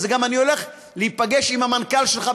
ואני גם הולך להיפגש עם המנכ"ל שלך,